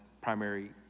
primary